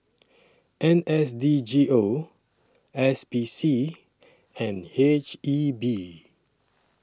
N S D G O S P C and H E B